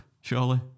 surely